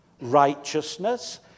righteousness